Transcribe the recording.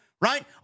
right